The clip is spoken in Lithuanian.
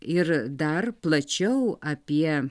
ir dar plačiau apie